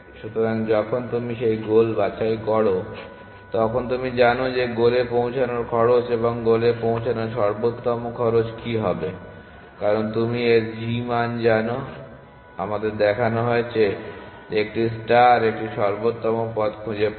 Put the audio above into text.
সুতরাং যখন তুমি সেই গোল বাছাই করো তখন তুমি জানো যে গোলে পৌঁছানোর খরচ এবং গোলে পৌঁছানোর সর্বোত্তম খরচ কী হবে কারণ তুমি এর g মান জানো কারণ আমাদের দেখানো হয়েছে যে একটি ষ্টার একটি সর্বোত্তম পথ খুঁজে পায়